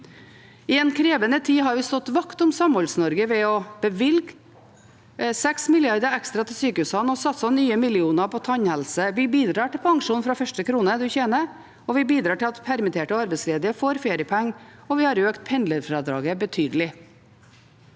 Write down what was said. I en krevende tid har vi stått vakt for Samholds-Norge ved å bevilge 6 mrd. kr ekstra til sykehusene og satset nye millioner på tannhelse. Vi bidrar til pensjon fra første krone man tjener, vi bidrar til at permitterte og arbeidsledige får feriepenger, og vi har økt pendlerfradraget betydelig.